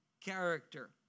character